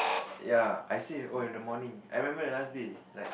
ya I say oh in the morning I remember the last day like